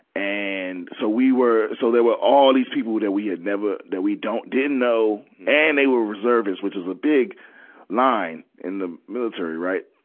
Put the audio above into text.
and, so we were, so there were all these people that we had never, that we don't, didn't know, and they were reservists, which is a big line in the military, right.